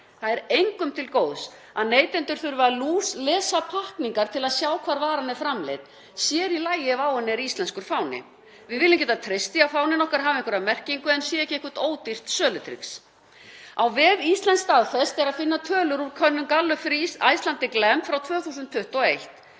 Það er engum til góðs að neytendur þurfi að lúslesa pakkningar til að sjá hvar varan er framleidd, sér í lagi ef á henni er íslenskur fáni. Við viljum geta treyst því að fáninn okkar hafi einhverja merkingu en sé ekki eitthvert ódýrt sölutrix. Á vefnum Íslenskt staðfest er að finna tölur úr könnun Gallup fyrir Icelandic Lamb frá 2021.